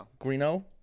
Greeno